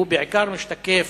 הוא בעיקר משתקף